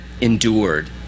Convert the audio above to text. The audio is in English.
endured